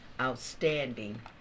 outstanding